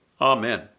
Amen